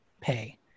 pay